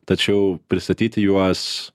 tačiau pristatyti juos